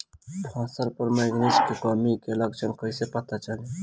फसल पर मैगनीज के कमी के लक्षण कईसे पता चली?